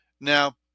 Now